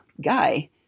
guy